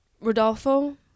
Rodolfo